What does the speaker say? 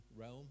realm